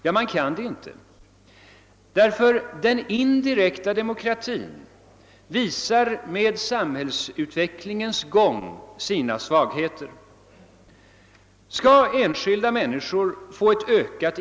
Ja, man kan inte göra detta eftersom den indirekta demokratin med samhällsutvecklingens gång visar sina svagheter.